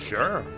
Sure